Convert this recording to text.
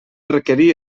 requerir